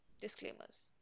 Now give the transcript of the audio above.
disclaimers